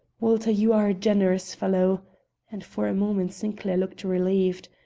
walter, you are a generous fellow and for a moment sinclair looked relieved.